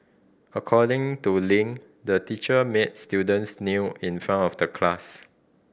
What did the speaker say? according to Ling the teacher made students kneel in front of the class